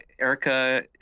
Erica